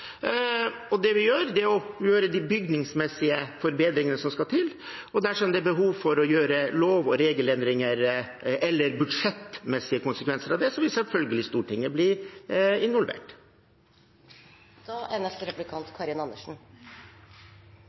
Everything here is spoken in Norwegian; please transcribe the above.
Det vi gjør, er å gjøre de bygningsmessige forbedringene som må til. Dersom det er behov for å gjøre lov- og regelendringer, eller det er budsjettmessige konsekvenser av dette, vil selvfølgelig Stortinget bli